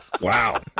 Wow